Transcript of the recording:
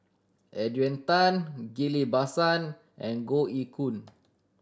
Adrian Tan Ghillie Basan and Goh Ee Choo